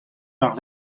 war